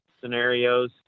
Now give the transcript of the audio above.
scenarios